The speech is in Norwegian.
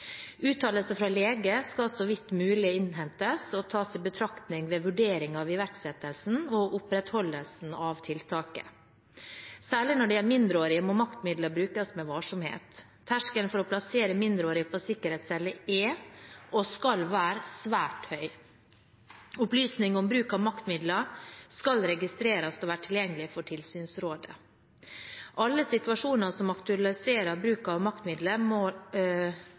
fra lege skal så vidt mulig innhentes og tas i betraktning ved vurdering av iverksettelsen og opprettholdelsen av tiltaket. Særlig når det gjelder mindreårige, må maktmidler brukes med varsomhet. Terskelen for å plassere mindreårige på sikkerhetscelle er og skal være svært høy. Opplysning om bruk av maktmidler skal registreres og være tilgjengelig for tilsynsrådet. Alle situasjoner som aktualiserer bruk av maktmidler, må håndteres individuelt, men generelt må